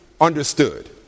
understood